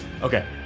Okay